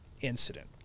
incident